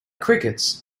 crickets